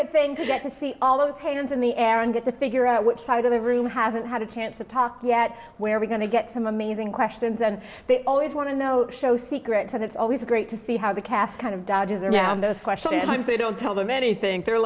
get to see all those patrons in the air and get to figure out which side of the room hasn't had a chance to talk yet where we're going to get some amazing questions and they always want to know show secrets and it's always great to see how the cast kind of dodges around those questions and they don't tell them anything th